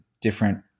different